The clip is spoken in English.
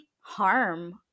harm